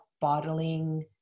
bottling